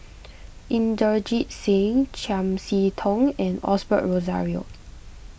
Inderjit Singh Chiam See Tong and Osbert Rozario